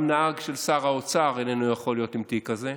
גם נהג של שר האוצר איננו יכול להיות עם תיק כזה.